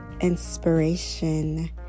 Inspiration